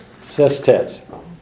sestets